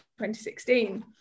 2016